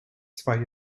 zwei